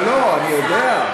לא, לא, אני יודע.